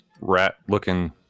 rat-looking